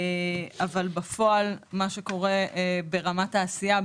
אבל בפועל מה שקורה ברמת העשייה,